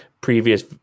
previous